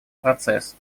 процесс